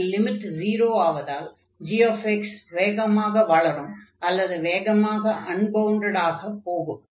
அதில் லிமிட் 0 ஆவதால் g வேகமாக வளரும் அல்லது வேகமாக அன்பவுண்டடாக போகும்